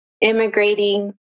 immigrating